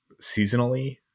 seasonally